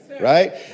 Right